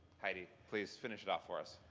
heidi, please finish it off for us.